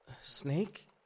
Snake